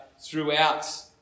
throughout